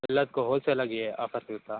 ಎಲ್ಲದಕ್ಕೂ ಹೋಲ್ಸೇಲಾಗಿ ಆಫರ್ ಸಿಗುತ್ತಾ